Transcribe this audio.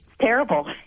Terrible